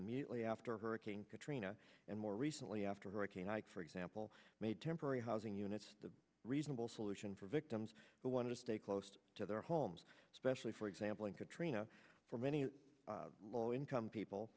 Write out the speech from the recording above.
mutely after hurricane katrina and more recently after hurricane ike for example made temporary housing units a reasonable solution for victims who want to stay close to their homes especially for example in katrina for many low income people